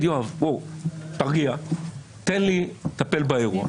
מזלזל בהם, אנחנו מסיקים שהופר האיזון.